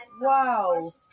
Wow